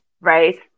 right